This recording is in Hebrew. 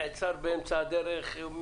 נעצר באמצע הדרך,